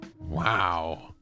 Wow